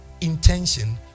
intention